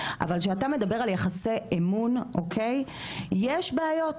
אבל כשאתה מדבר על יחסי אמון יש בעיות.